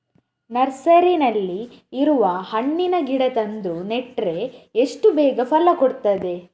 ನರ್ಸರಿನಲ್ಲಿ ಇರುವ ಹಣ್ಣಿನ ಗಿಡ ತಂದು ನೆಟ್ರೆ ಎಷ್ಟು ಬೇಗ ಫಲ ಕೊಡ್ತದೆ